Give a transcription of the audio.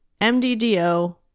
MDDO